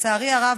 ולצערי הרב,